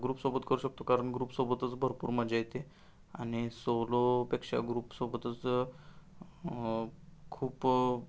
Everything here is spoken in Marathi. ग्रुपसोबत करू शकतो कारण ग्रुपसोबतच भरपूर मजा येते आणि सोलोपेक्षा ग्रुपसोबतच खूप